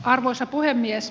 arvoisa puhemies